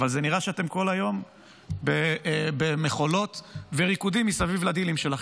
אבל זה נראה שכל היום אתם במחולות וריקודים מסביב לדילים שלכם.